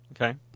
Okay